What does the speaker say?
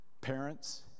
Parents